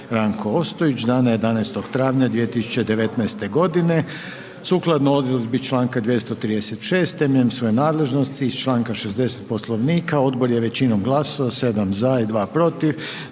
Ranko Ostojić, dana 11. travnja 2019. godine. Sukladno odredbi Članka 236. temeljem svoje nadležnosti iz Članka 60. Poslovnika odbor je većinom glasova, 7 za i 2 protiv,